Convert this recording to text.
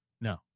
No